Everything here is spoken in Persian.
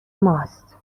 ماست